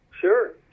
Sure